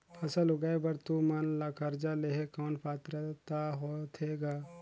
फसल उगाय बर तू मन ला कर्जा लेहे कौन पात्रता होथे ग?